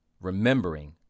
remembering